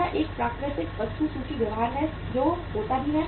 यह एक प्राकृतिक वस्तु सूची व्यवहार है जो होता भी है